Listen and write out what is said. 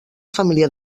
família